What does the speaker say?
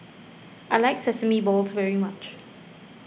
I like Sesame Balls very much